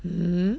hmm